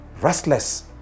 restless